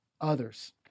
others